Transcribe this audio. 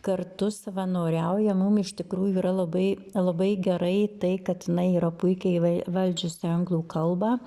kartu savanoriauja mum iš tikrųjų yra labai labai gerai tai kad jinai yra puikiai įvai valdžiusi anglų kalbą